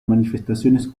manifestaciones